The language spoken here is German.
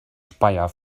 speyer